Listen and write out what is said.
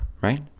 right